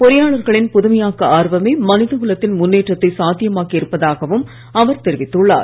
பொறியாளர்களின் புதுமையாக்க ஆர்வமே மனித குலத்தின் முன்னேற்றத்தை சாத்தியமாக்கி இருப்பதாகவும் அவர் தெரிவித்துள்ளார்